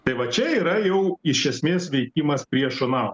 tai va čia yra jau iš esmės veikimas priešo na